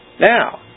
Now